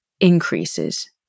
increases